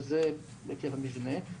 וזה עקב המבנה,